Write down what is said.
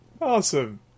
Awesome